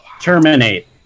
Terminate